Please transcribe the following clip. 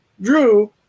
Drew